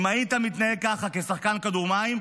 אם היית מתנהג ככה כשחקן כדור מים,